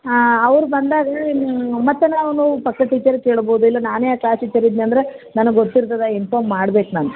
ಹಾಂ ಅವ್ರು ಬಂದಾಗ ಮತ್ತೆ ನಾವು ನಾವು ಪಕ್ಕದ ಟೀಚರಿಗೆ ಕೇಳ್ಬೋದು ಇಲ್ಲಾ ನಾನೇ ಆ ಕ್ಲಾಸ್ ಟೀಚರ್ ಇದ್ದೆನಂದ್ರೆ ನನಗೆ ಗೊತ್ತಿರ್ತದೆ ಇನ್ಫಾರ್ಮ್ ಮಾಡ್ಬೇಕು ನಾನು